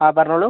ആ പറഞ്ഞോളൂ